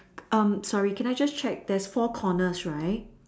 I am sorry can I check there's four corners right